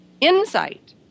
insight